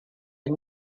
and